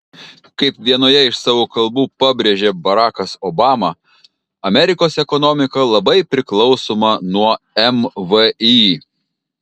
kaip vienoje iš savo kalbų pabrėžė barakas obama amerikos ekonomika labai priklausoma nuo mvį